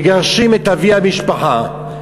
מגרשים את אבי המשפחה,